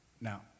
Now